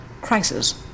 crisis